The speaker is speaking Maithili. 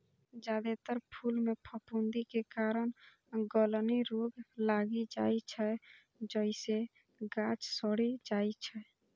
जादेतर फूल मे फफूंदी के कारण गलनी रोग लागि जाइ छै, जइसे गाछ सड़ि जाइ छै